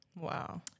Wow